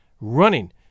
running